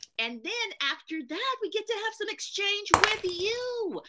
and then, after that, we get to have some exchange with you.